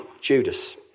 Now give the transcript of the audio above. Judas